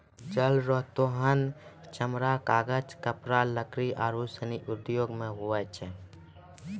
जल रो दोहन चमड़ा, कागज, कपड़ा, लकड़ी आरु सनी उद्यौग मे होय छै